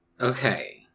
Okay